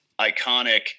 iconic